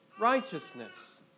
righteousness